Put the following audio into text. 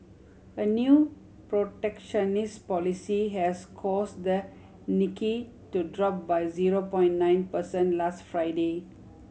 a new protectionist policy has cause the Nikkei to drop by zero point nine percent last Friday